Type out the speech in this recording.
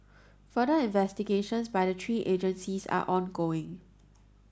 further investigations by the three agencies are ongoing